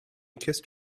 kissed